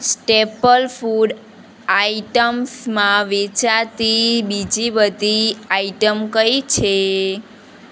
staple food આઈટમ્સમાં વેચાતી બીજી બધી આઈટમ કઈ છે